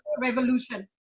revolution